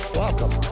welcome